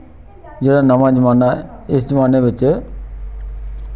जेह्ड़ा नमां जमाना ऐ इस जमाने बिच